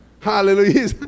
Hallelujah